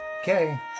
Okay